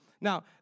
Now